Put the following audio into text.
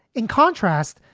in contrast,